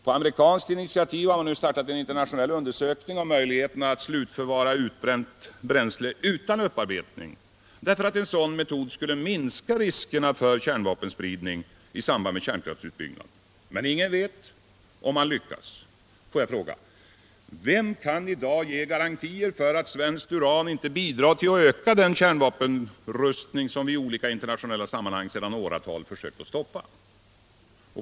På amerikanskt initiativ har man nu startat en internationell undersökning om möjligheterna att slutförvara utbränt bränsle utan upparbetning, därför att en sådan metod skulle minska riskerna för kärnvapenspridning i samband med kärnkraftsutbyggnaden. Men ingen vet om man lyckas. Får jag fråga: Vem kan i dag ge några garantier för att svenskt uran inte bidrar till att öka den kärnvapenrustning som vi i olika internationella sammanhang sedan åratal försökt stoppa?